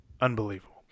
Unbelievable